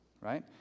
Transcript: right